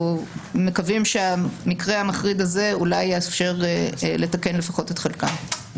מקווים שהמקרה המחריד הזה אולי יאפשר לתקן לפחות את חלקם.